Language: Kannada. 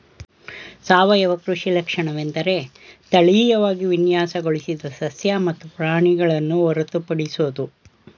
ಸಾವಯವ ಕೃಷಿ ಲಕ್ಷಣವೆಂದರೆ ತಳೀಯವಾಗಿ ವಿನ್ಯಾಸಗೊಳಿಸಿದ ಸಸ್ಯ ಮತ್ತು ಪ್ರಾಣಿಗಳನ್ನು ಹೊರತುಪಡಿಸೋದು